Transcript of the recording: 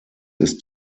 ist